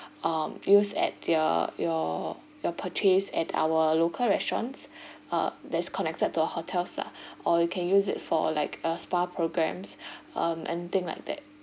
um use at your your your purchase at our local restaurants uh that is connected to our hotels lah or you can use it for like a spa programs um anything like that